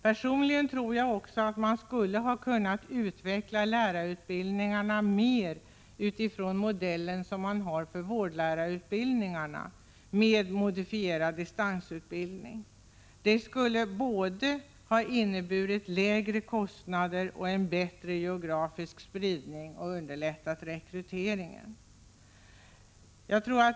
Personligen tror jag att man skulle ha kunnat utveckla lärarutbildningarna mer utifrån den modell man tillämpar för vårdlärarutbildningarna, dvs. en modifierad distansutbildning. Ett sådant system skulle ha inneburit både lägre kostnader och en bättre geografisk spridning samtidigt som det hade underlättat rekryteringen.